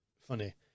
funny